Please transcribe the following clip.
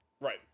Right